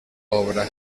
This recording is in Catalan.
obra